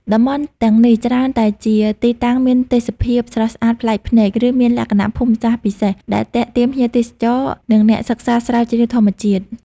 តំបន់ទាំងនេះច្រើនតែជាទីតាំងមានទេសភាពស្រស់ស្អាតប្លែកភ្នែក ឬមានលក្ខណៈភូមិសាស្ត្រពិសេស ដែលទាក់ទាញភ្ញៀវទេសចរ និងអ្នកសិក្សាស្រាវជ្រាវធម្មជាតិ។